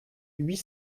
huit